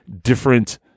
different